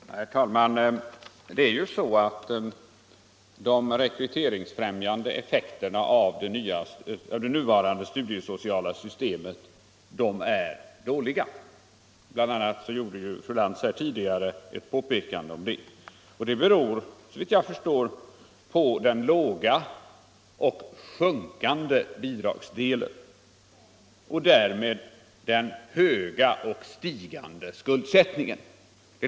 Herr talman! Det är ju så att de rekryteringsfrämjande effekterna av det nuvarande studiesociala systemet är dåliga — bl.a. gjorde fru Lantz tidigare ett påpekande om det. Detta beror främst på den låga och sjunkande bidragsdelen och därmed den höga och stigande skuldsättningen.